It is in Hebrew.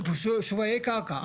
ובשווי קרקע.